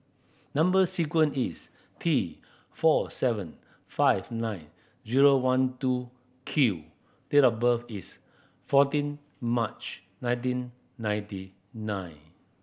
number sequence is T four seven five nine zero one two Q date of birth is fourteen March nineteen ninety nine